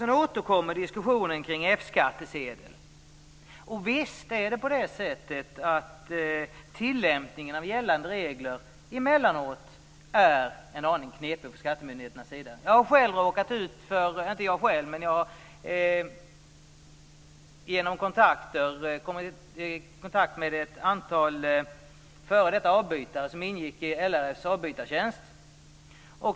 Sedan återkommer diskussionen kring F skattsedeln. Visst är skattemyndigheternas tillämpning av gällande regler emellanåt en aning knepig. Jag har själv kommit i kontakt med ett antal f.d. avbytare som ingick i LRF:s avbytartjänst.